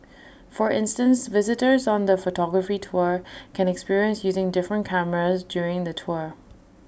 for instance visitors on the photography tour can experience using different cameras during the tour